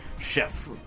Chef